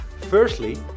Firstly